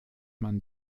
man